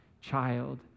child